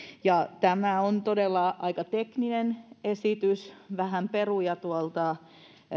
tämä on todella aika tekninen esitys vähän peruja tuolta